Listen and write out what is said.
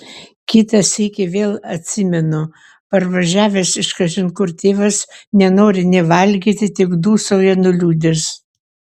kitą sykį vėl atsimenu parvažiavęs iš kažin kur tėvas nenori nė valgyti tik dūsauja nuliūdęs